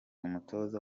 umutoza